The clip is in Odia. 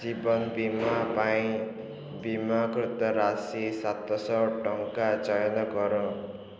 ଜୀବନ ବୀମା ପାଇଁ ବୀମାକୃତ ରାଶି ସାତଶହ ଟଙ୍କା ଚୟନ କର